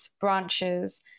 branches